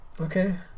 Okay